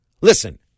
Listen